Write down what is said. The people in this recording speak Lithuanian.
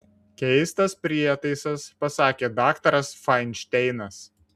keistas prietaisas pasakė daktaras fainšteinas